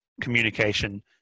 communication